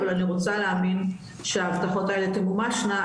אבל אני רוצה להאמין שההבטחות האלה תמומשנה,